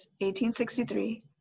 1863